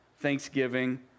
thanksgiving